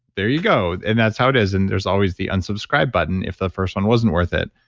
there you go. and that's how it is and there's always the unsubscribe button if the first one wasn't worth it.